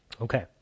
Okay